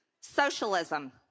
socialism